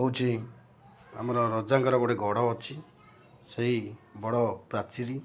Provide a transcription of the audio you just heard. ହେଉଛି ଆମର ରଜାଙ୍କର ଗୋଟେ ଗଡ଼ ଅଛି ସେଇ ବଡ଼ ପ୍ରାଚୀରୀ